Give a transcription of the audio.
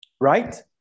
Right